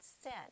sin